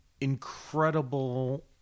incredible